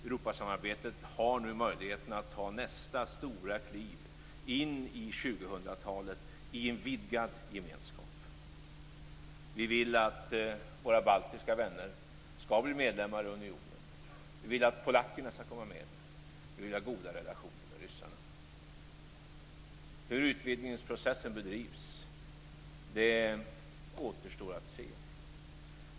Europasamarbetet har nu möjligheten att ta nästa stora kliv in i 2000-talet i en vidgad gemenskap. Vi vill att våra baltiska vänner skall bli medlemmar i unionen. Vi vill att polackerna skall komma med. Vi vill ha goda relationer med ryssarna. Hur utvidningsprocessen skall bedrivas återstår att se.